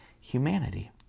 humanity